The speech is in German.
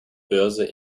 börse